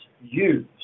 use